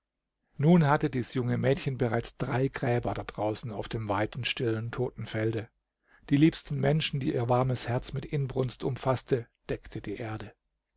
nun hatte dies junge mädchen bereits drei gräber da draußen auf dem weiten stillen totenfelde die liebsten menschen die ihr warmes herz mit inbrunst umfaßte deckte die erde